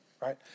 right